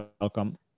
welcome